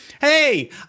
Hey